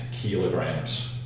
kilograms